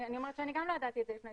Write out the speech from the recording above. אני אומרת שאני גם לא ידעתי את זה לפני